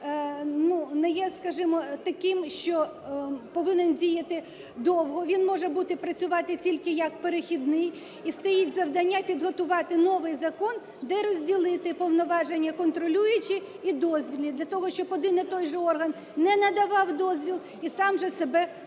таким, що повинен діяти довго, він може бути, працювати тільки як перехідний. І стоїть завдання підготувати новий закон, де розділити повноваження контролюючі і дозвільні для того, щоб один і той же орган не надавав дозвіл і сам же себе контролював.